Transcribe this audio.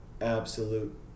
absolute